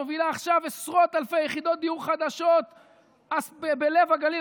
מובילה עכשיו עשרות אלפי יחידות דיור חדשות בלב הגליל,